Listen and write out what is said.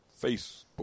Facebook